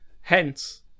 hence